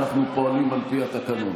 אנחנו פועלים על פי התקנון.